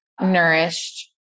nourished